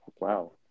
wow